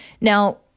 Now